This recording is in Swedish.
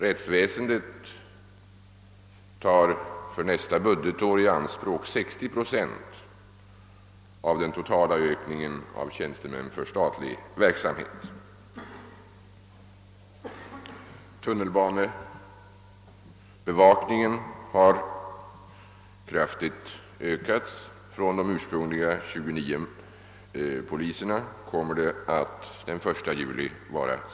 Rättsväsendet tar för nästa budgetår i anspråk Tunnelbanebevakningen har också ökat kraftigt. Ursprungligen hade man 29 poliser för den bevakningen, och fr.o.m. den 1 juli i år kommer man att ha 64.